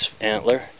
antler